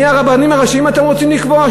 מי הרבנים הראשיים אתם רוצים לקבוע,